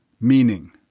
meaning